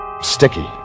Sticky